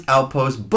Outpost